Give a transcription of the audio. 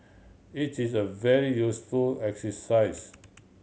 its is a very useful exercise